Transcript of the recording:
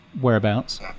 Whereabouts